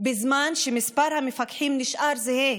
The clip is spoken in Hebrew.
בזמן שמספר המפקחים נשאר זהה,